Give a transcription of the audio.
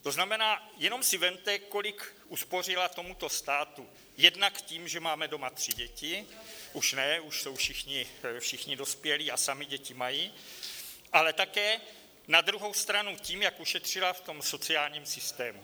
To znamená, jenom si vezměte, kolik uspořila tomuto státu, jednak tím, že máme doma tři děti už ne, už jsou všichni dospělí a sami děti mají ale také na druhou stranu tím, jak ušetřila v sociálním systému.